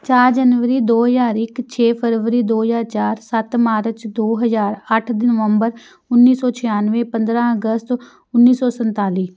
ਚਾਰ ਜਨਵਰੀ ਦੋ ਹਜ਼ਾਰ ਇੱਕ ਛੇ ਫਰਵਰੀ ਦੋ ਹਜ਼ਾਰ ਚਾਰ ਸੱਤ ਮਾਰਚ ਦੋ ਹਜ਼ਾਰ ਅੱਠ ਦੀ ਨਵੰਬਰ ਉੱਨੀ ਸੌ ਛਿਆਨਵੇਂ ਪੰਦਰਾਂ ਅਗਸਤ ਉੱਨੀ ਸੌ ਸੰਨਤਾਲੀ